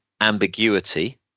ambiguity